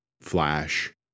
flash